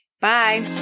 Bye